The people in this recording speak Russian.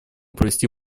провести